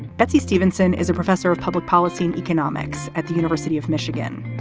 betsey stevenson is a professor of public policy and economics at the university of michigan,